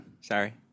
Sorry